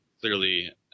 clearly